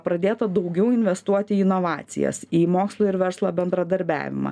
pradėta daugiau investuoti į inovacijas į mokslo ir verslo bendradarbiavimą